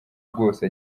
bwose